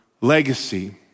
legacy